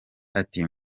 ati